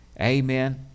Amen